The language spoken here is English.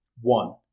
one